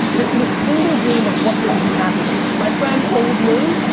this is a single game of what brings you happiness. my friend, old lou,